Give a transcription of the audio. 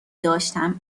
داشتم